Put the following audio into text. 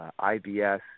IBS